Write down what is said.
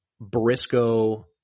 Briscoe